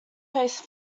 face